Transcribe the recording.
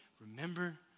Remember